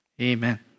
amen